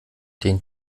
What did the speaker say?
den